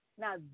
Now